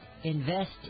invest